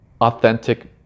authentic